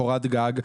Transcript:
קורת גג,